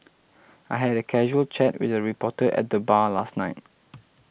I had a casual chat with a reporter at the bar last night